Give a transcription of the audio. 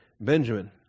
Benjamin